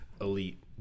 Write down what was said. elite